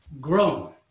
grown